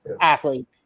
athlete